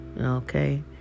Okay